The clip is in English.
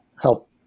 help